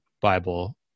Bible